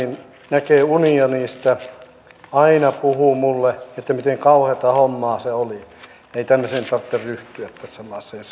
näkee unia niistä aina puhuu minulle miten kauheata hommaa se oli ei tämmöiseen tarvitse ryhtyä tässä maassa jos